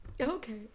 Okay